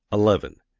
eleven.